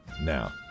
Now